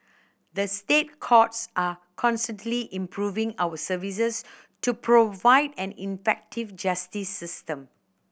the State Courts are constantly improving our services to provide an effective justice system